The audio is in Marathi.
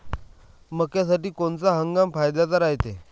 मक्क्यासाठी कोनचा हंगाम फायद्याचा रायते?